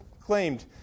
claimed